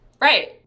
Right